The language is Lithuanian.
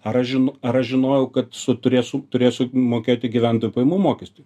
ar aš žinau ar aš žinojau kad su turėsu turėsiu mokėti gyventojų pajamų mokestį